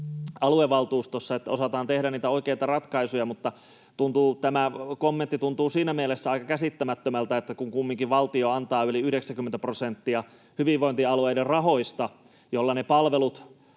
aluevaltuustossa, että siellä osataan tehdä niitä oikeita ratkaisuja, mutta tämä kommentti tuntuu siinä mielessä aika käsittämättömältä, että kun kumminkin valtio antaa yli 90 prosenttia hyvinvointialueiden rahoista, joilla ne palvelut